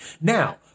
Now